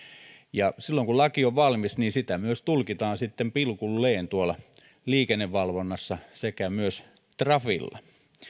ja silloin kun laki on valmis niin sitä myös tulkitaan sitten pilkulleen liikennevalvonnassa sekä myös trafilla